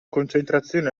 concentrazione